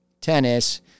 Tennis